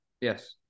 Yes